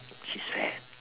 she's fat